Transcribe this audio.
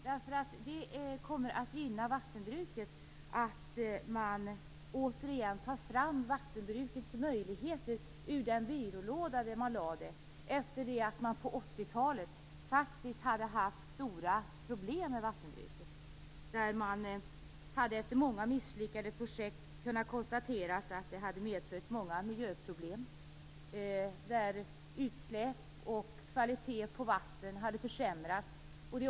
Det kommer att gynna vattenbruket att man åter tar fram dess möjligheter ur den byrålåda där man lade dem efter det att man på 80-talet faktiskt hade haft stora problem med vattenbruket. Man hade efter flera misslyckade projekt kunnat konstatera att det hade medfört många miljöproblem. Det hade blivit utsläpp, och kvaliteten på vattnet hade försämrats.